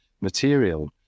material